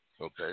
Okay